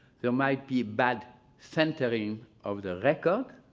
there might be bad centering of the record,